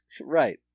right